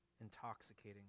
intoxicating